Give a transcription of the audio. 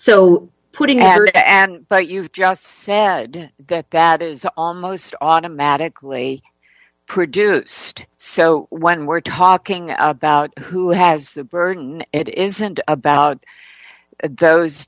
so putting out but you've just said that that is almost automatically produced so when we're talking about who has the burden it isn't about those